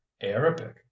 arabic